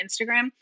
Instagram